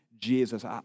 Jesus